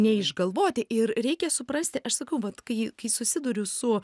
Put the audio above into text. neišgalvoti ir reikia suprasti aš sakau vat kai kai susiduriu su